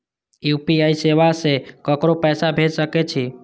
UPI सेवा से ककरो पैसा भेज सके छी?